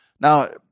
now